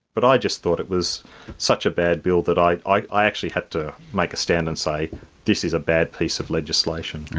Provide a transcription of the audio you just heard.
but i just thought it was such a bad bill that i i actually had to make a stand and say this is a bad piece of legislation.